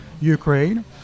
Ukraine